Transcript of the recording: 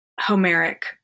Homeric